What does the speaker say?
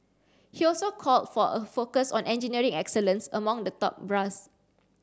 he also called for a focus on engineering excellence among the top brass